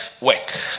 work